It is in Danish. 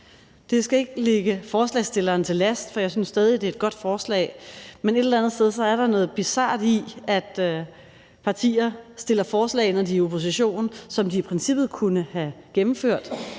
Det skal ikke lægges forslagsstillerne til last, for jeg synes stadig, at det er et godt forslag, men et eller andet sted er der noget bizart i, at partier stiller forslag, når de er i opposition, som de i princippet kunne have gennemført,